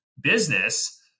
business